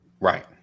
Right